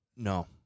No